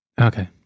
Okay